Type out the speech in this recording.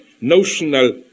notional